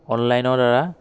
অনলাইনৰ দ্বাৰা